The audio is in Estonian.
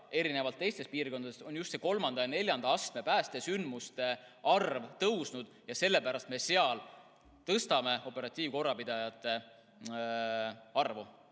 erinevalt teistest piirkondadest just kolmanda ja neljanda astme päästesündmuste arv tõusnud. Sellepärast me seal tõstame operatiivkorrapidajate arvu.